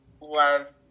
love